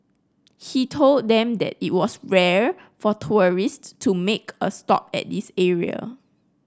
he told them that it was rare for tourists to make a stop at this area